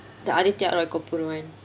the aditya roy kapur one